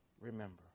remember